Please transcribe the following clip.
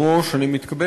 נמנעים.